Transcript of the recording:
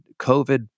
COVID